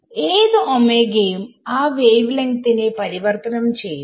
ഏത് ഓമേഗ യും ആ വേവ് ലെങ്ത് നെ പരിവർത്തനം ചെയ്യുന്നു